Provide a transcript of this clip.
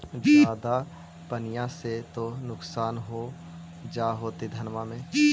ज्यादा पनिया से तो नुक्सान हो जा होतो धनमा में?